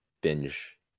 binge